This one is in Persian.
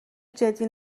جدی